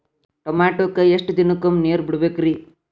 ಟಮೋಟಾಕ ಎಷ್ಟು ದಿನಕ್ಕೊಮ್ಮೆ ನೇರ ಬಿಡಬೇಕ್ರೇ?